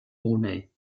brunei